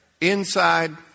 inside